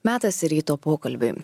metas ryto pokalbiui